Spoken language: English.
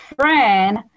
friend